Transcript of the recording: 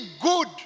good